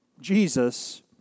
Jesus